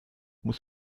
muss